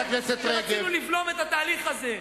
שרצינו לבלום את התהליך הזה.